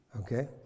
okay